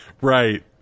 Right